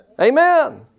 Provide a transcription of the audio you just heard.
Amen